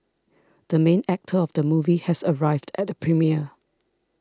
the main actor of the movie has arrived at the premiere